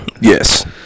Yes